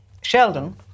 Sheldon